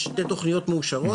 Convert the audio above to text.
יש שתי תוכניות מאושרות.